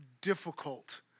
difficult